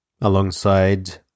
Alongside